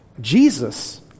Jesus